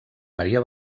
maria